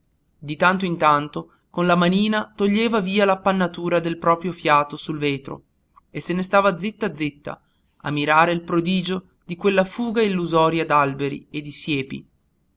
di tanto in tanto con la manina toglieva via l'appannatura del proprio fiato sul vetro e se ne stava zitta zitta a mirare il prodigio di quella fuga illusoria d'alberi e di siepi